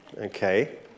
okay